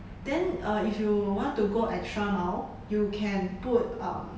then uh if you want to go extra mile you can put um